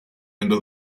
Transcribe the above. under